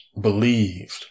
believed